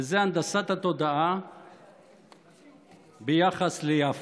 וזאת הנדסת התודעה ביחס ליפו.